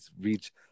reach